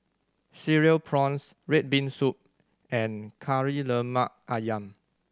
Cereal Prawns red bean soup and Kari Lemak Ayam